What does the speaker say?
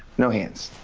no hands.